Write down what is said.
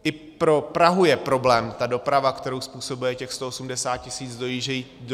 I pro Prahu je problém ta doprava, kterou způsobuje těch 180 tisíc dojíždějících.